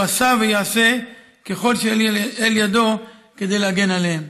הוא עשה ויעשה כל שלאל ידו כדי להגן עליהם.